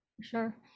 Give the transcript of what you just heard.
sure